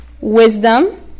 Wisdom